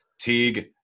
Teague